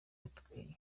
yatubwiye